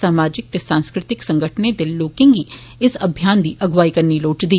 समाजिक ते सांस्कृतिक संगठनें दे लोकें गी इस अभियान दी अगुवाई करनी लोड़चदी